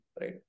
right